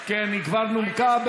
כן, היא כבר נומקה,